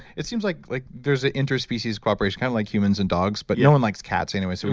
it seems like like there's an inter-species cooperation, kind of like humans and dogs but no one likes cats anyway. so